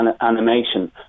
animation